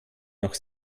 noch